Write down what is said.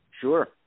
Sure